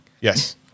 Yes